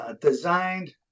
designed